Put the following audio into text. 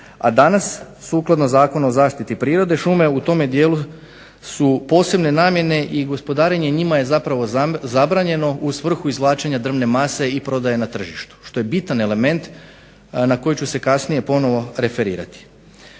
a danas sukladno zakonu o zaštiti prirode šume u tom dijelu su posebne namjene i gospodarenje njima je zapravo zabranjeno u svrhu izvlačenja drvne mase i prodaje na tržištu što je bitan element na što ću se kasnije ponovno referirati.